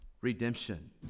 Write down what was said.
redemption